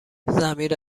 ضمیر